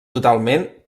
totalment